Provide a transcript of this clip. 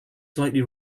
slightly